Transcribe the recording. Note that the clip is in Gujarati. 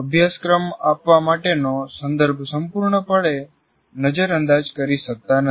અભ્યાસક્રમ આપવા માટે નો સંદર્ભ સંપૂર્ણપણે નજર અંદાજ કરી શકતા નથી